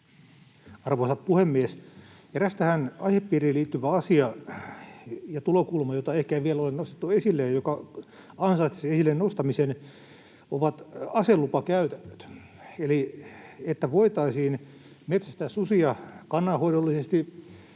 Arvoisa puhemies! Eräs tähän aihepiiriin liittyvä asia ja tulokulma, jota ehkä ei vielä ole nostettu esille ja joka ansaitsisi esille nostamisen, ovat aselupakäytännöt. Eli jotta voitaisiin metsästää susia kannanhoidollisesti